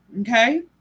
okay